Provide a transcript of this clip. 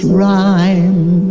rhyme